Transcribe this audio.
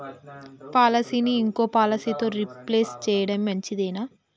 పాలసీని ఇంకో పాలసీతో రీప్లేస్ చేయడం మంచిదేనా?